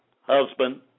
husband